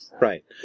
Right